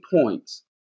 points